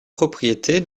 propriétés